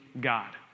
God